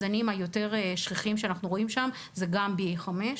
הזנים היותר שכיחים שאנחנו רואים שם זה BA.5,